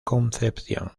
concepción